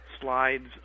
slides